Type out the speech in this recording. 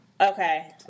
Okay